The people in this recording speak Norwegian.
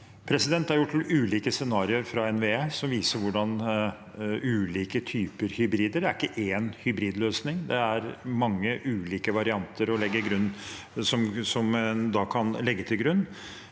Det er ulike scenarioer fra NVE som viser ulike typer hybridkabler – det er ikke én hybridløsning, det er mange ulike varianter en kan legge til grunn.